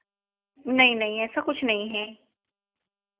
नहीं नहीं ऐसा कुछ नहीं हैं